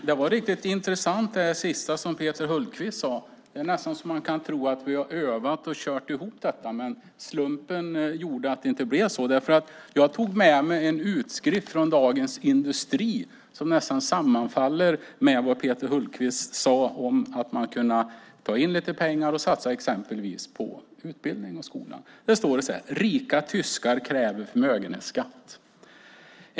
Herr talman! Det sista som Peter Hultqvist sade var riktigt intressant. Det är nästan så att man kan tro att vi har övat och kört ihop detta, men slumpen gjorde att det inte blev så. Jag tog med mig en utskrift från Dagens Industri som nästan sammanfaller med vad Peter Hultqvist sade om att man kunde ta in lite pengar och satsa exempelvis på utbildning och skolan. Det står: Rika tyskar kräver förmögenhetsskatt.